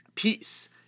Peace